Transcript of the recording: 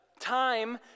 time